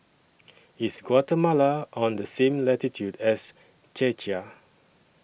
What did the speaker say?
IS Guatemala on The same latitude as Czechia